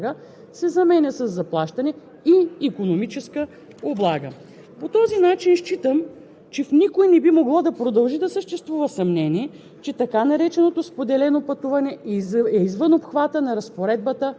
В § 1 от Допълнителните разпоредби на Закона е предвидено, че съществуващият досега текст „заплащане или икономическа облага“, се заменя със „заплащане и икономическа облага“.